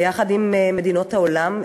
ביחד עם מדינות העולם,